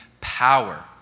power